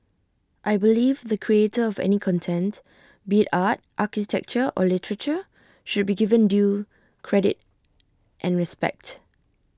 I believe the creator of any content be art architecture or literature should be given due credit and respect